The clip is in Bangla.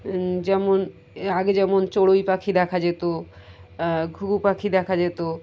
যেমন আগে যেমন চড়ুই পাখি দেখা যেত ঘুঘু পাখি দেখা যেত